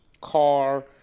car